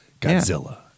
Godzilla